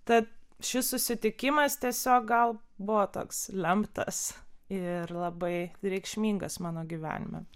tad šis susitikimas tiesiog gal buvo toks lemtas ir labai reikšmingas mano gyvenime